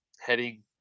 heading